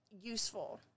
useful